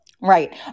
Right